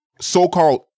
so-called